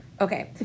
Okay